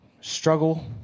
struggle